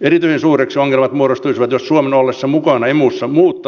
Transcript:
erityisen suuriksi ongelmat muodostuisivat jos suomen ollessa mukana emussa muut